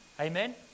Amen